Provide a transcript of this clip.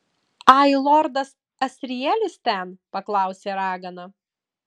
ai lordas asrielis ten paklausė ragana